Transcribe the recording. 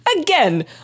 again